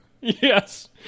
Yes